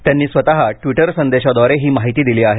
त्यांनी स्वतः ट्विटर संदेशाद्वारे ही माहिती दिली आहे